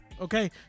okay